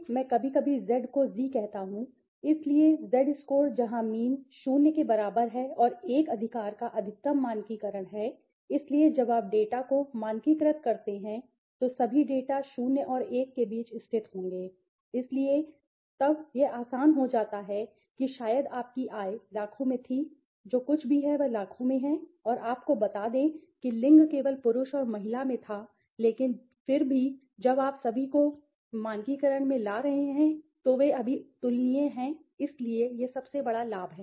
इसलिए मैं कभी कभी Z को Zee कहता हूं इसलिए Z स्कोर जहां मीन 0 के बराबर है और 1 अधिकार का अधिकतम मानकीकरण है इसलिए जब आप डेटा को मानकीकृत करते हैं तो सभी डेटा 0 और 1 के बीच स्थित होंगे इसलिए तब यह आसान हो जाता है कि शायद आपकी आय लाखों में थी जो कुछ भी है वह लाखों है और आपको बता दें कि लिंग केवल पुरुष और महिला में था लेकिन फिर भी जब आप सभी को मानकीकरण में ला रहे हैं तो वे अभी तुलनीय हैं इसलिए यह सबसे बड़ा लाभ है